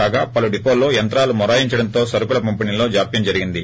కాగా పలు డిపోల్లో యంత్రాలు మొరాయించడంతో సరుకుల పంపిణీ లో జాప్యం జరిగింది